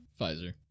Pfizer